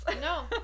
no